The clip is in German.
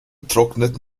trocknet